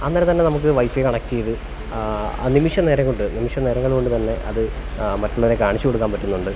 അങ്ങനെ തന്നെ നമുക്ക് വൈഫൈ കണക്ട് ചെയ്ത് നിമിഷനേരം കൊണ്ട് നിമിഷനേരങ്ങൾ കൊണ്ടുതന്നെ അത് മറ്റുള്ളവരെ കാണിച്ചുകൊടുക്കാൻ പറ്റുന്നുണ്ട്